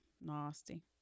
nasty